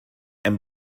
and